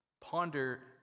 Ponder